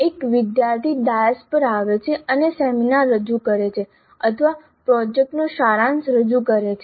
એક વિદ્યાર્થી ડાયસ પર આવે છે અને સેમિનાર રજૂ કરે છે અથવા પ્રોજેક્ટનો સારાંશ રજૂ કરે છે